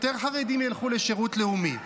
יותר חרדים ילכו לשירות לאומי.